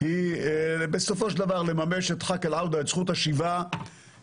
היא בסופו של דבר לממש את זכות השיבה כאן,